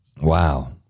Wow